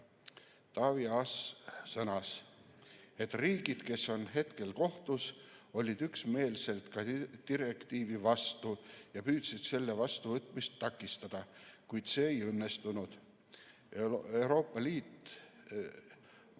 Taavi Aas sõnas, et riigid, kes on hetkel kohtus, olid üksmeelselt direktiivi vastu ja püüdsid selle vastuvõtmist takistada, kuid see ei õnnestunud. Euroopa Liidu vastu